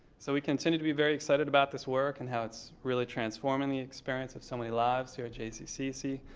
so we continue to be very excited about this work and how it's really transforming the experience of so many lives here at jccc.